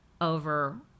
over